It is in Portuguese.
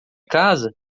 casa